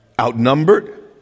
outnumbered